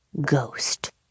ghost